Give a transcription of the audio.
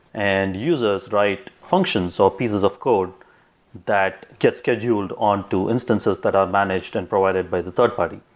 and users write functions or pieces of code that gets scheduled on to instances that are managed and provided by the third part.